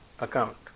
account